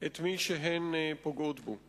את מי שהן פוגעות בו.